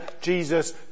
Jesus